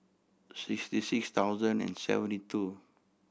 sixty six thousand and seventy two